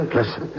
Listen